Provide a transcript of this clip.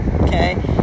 okay